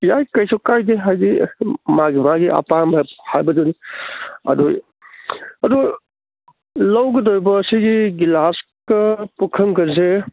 ꯌꯥꯏ ꯀꯩꯁꯨ ꯀꯥꯏꯗꯦ ꯍꯥꯏꯗꯤ ꯃꯥꯒꯤ ꯃꯥꯒꯤ ꯑꯄꯥꯝꯕ ꯍꯥꯏꯕꯗꯨꯅꯤ ꯑꯗꯨ ꯑꯗꯨ ꯂꯧꯒꯗꯧꯔꯤꯕ ꯁꯤꯒꯤ ꯒ꯭ꯂꯥꯁꯀ ꯄꯨꯈꯝꯒꯁꯦ